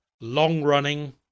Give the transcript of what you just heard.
long-running